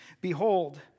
Behold